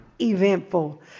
eventful